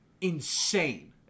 insane